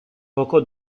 poco